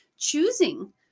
Choosing